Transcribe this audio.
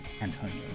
Antonio